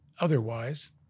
otherwise